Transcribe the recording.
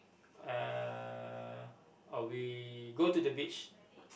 uh or we go to the beach